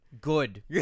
Good